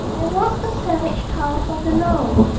there was a savage howl from below,